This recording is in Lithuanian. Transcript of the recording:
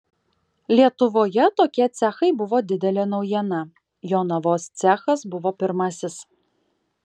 lietuvoje tokie cechai buvo didelė naujiena jonavos cechas buvo pirmasis